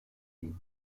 die